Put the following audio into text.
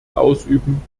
ausüben